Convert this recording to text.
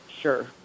Sure